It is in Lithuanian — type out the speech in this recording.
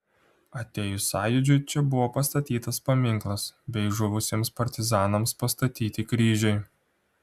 atėjus sąjūdžiui čia buvo pastatytas paminklas bei žuvusiems partizanams pastatyti kryžiai